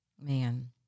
Man